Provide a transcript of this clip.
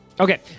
Okay